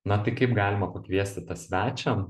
na tai kaip galima pakviesti tą svečią